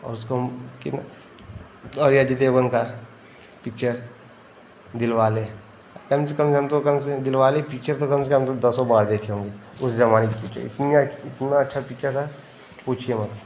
और उसको हम कितना और ये अजय देवगन का पिक्चर दिलवाले कम से कम हम तो कम से दिलवाले पिच्चर तो कम से कम हम तो दसों बार देखे होंगे उस जमाने की पिच्चर इतना इतना अच्छा पिच्चर था कि पूछिए मत